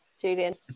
Julian